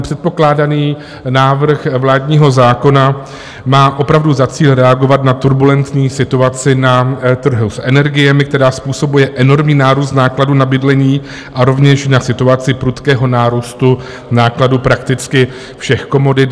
Předkládaný návrh vládního zákona má opravdu za cíl reagovat na turbulentní situaci na trhu s energiemi, která způsobuje enormní nárůst nákladů na bydlení, a rovněž na situaci prudkého nárůstu nákladů prakticky všech komodit.